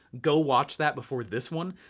go watch that before this one.